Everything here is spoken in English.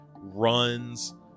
runs